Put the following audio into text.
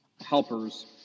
helpers